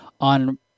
on